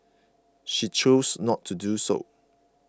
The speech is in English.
she chose not to do so